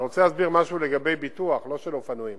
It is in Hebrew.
אני רוצה להסביר משהו לגבי ביטוח ולא של אופנועים,